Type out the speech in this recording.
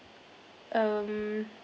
um